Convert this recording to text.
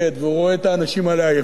והוא רואה את האנשים האלה עייפים.